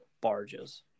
barges